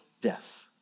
death